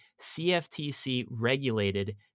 CFTC-regulated